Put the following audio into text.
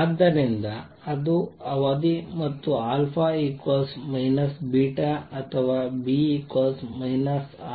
ಆದ್ದರಿಂದ ಅದು ಅವಧಿ ಮತ್ತು α β ಅಥವಾ β